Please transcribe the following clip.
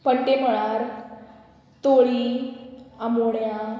पण्टे मळार तोळी आंबोड्यां